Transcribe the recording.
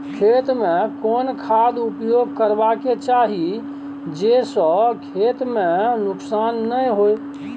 खेत में कोन खाद उपयोग करबा के चाही जे स खेत में नुकसान नैय होय?